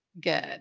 Good